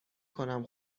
کنم